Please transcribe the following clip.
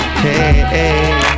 hey